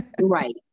Right